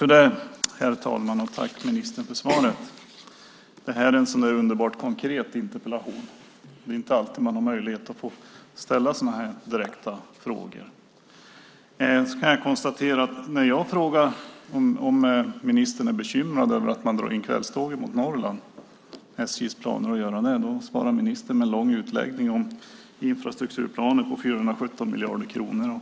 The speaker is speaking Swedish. Herr talman! Tack, ministern, för svaret! Det här är en sådan där underbart konkret interpellation. Det är inte alltid man har möjlighet att ställa sådana direkta frågor. Jag kan konstatera att när jag frågar om ministern är bekymrad över SJ:s planer på att dra in kvällstågen mot Norrland svarar ministern med en lång utläggning om infrastrukturplaner på 417 miljarder kronor och